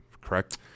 correct